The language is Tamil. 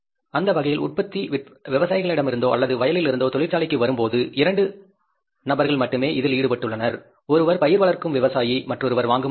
அந்த வகையில் உற்பத்தி விவசாயிகளிடமிருந்தோ அல்லது வயலில் இருந்தோ தொழிற்சாலைக்கு வரும்போது இரண்டு சொல்ல நபர்கள் மட்டுமே இதில் ஈடுபட்டுள்ளனர் ஒருவர் பயிர் வளர்க்கும் விவசாயி மற்றொருவர் வாங்கும் நிறுவனம்